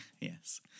yes